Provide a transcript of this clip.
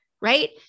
Right